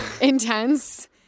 intense